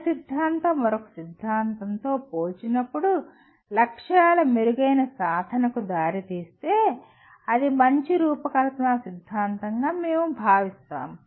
ఒక సిద్ధాంతం మరొక సిద్ధాంతంతో పోల్చినప్పుడు లక్ష్యాల మెరుగైన సాధనకు దారితీస్తే అది మంచి రూపకల్పన సిద్ధాంతంగా మేము భావిస్తాము